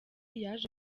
yaje